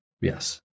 Yes